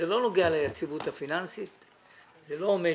בכל מה שקשור ליחסי ההון העצמי, אני מסביר